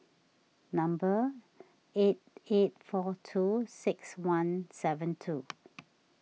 number eight eight four two six one seven two